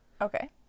Okay